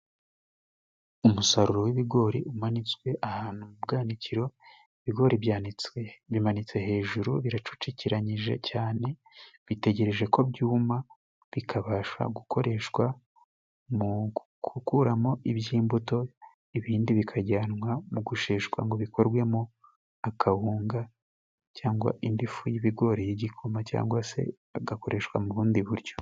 Umusaruro w'ibigori, umanitswe ahantu m'ubwanikiro, ibigori byanitswe bimanitse hejuru, biracucikiranyije cyane, bitegereje ko byuma, bikabasha gukoreshwa mu gukuramo iby'imbuto, ibindi bikajyanwa mu gusheshwa ngo bikorwemo akawunga, cyangwa indi fu y'ibigori y' igikoma, cyangwa se bigakoreshwa mu bundi buryo.